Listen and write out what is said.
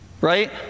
Right